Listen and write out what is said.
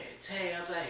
tabs